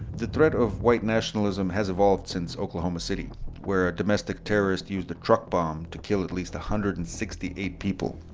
the threat of white nationalism has evolved since oklahoma city where a domestic terrorist used a truck bomb to kill at least one hundred and sixty eight people.